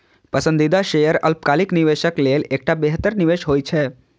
पसंदीदा शेयर अल्पकालिक निवेशक लेल एकटा बेहतर निवेश होइ छै